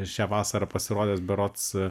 šią vasarą pasirodęs berods